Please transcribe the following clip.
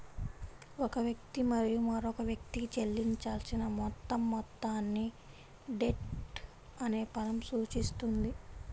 ఒక వ్యక్తి మరియు మరొక వ్యక్తికి చెల్లించాల్సిన మొత్తం మొత్తాన్ని డెట్ అనే పదం సూచిస్తుంది